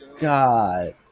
god